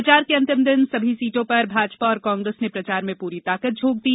प्रचार के अंतिम दिन सभी सीटों पर भाजपा और कांग्रेस ने प्रचार में पूरी ताकत झोक दी